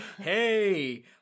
hey